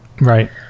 Right